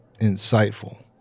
insightful